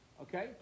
Okay